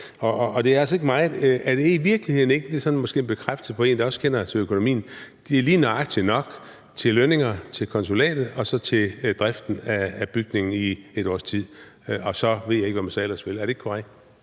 og det er altså ikke meget. Er det i virkeligheden ikke – og det er sådan måske en bekræftelse fra en, der også kender til økonomien – lige nøjagtig nok til lønninger, til konsulatet og så til driften af bygningen i et års tid? Og så ved jeg ikke, hvad man ellers vil. Men er det ikke korrekt?